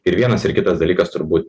ir vienas ir kitas dalykas turbūt